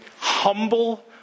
humble